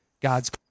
God's